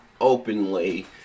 openly